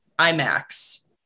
IMAX